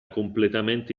completamente